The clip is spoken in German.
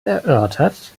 erörtert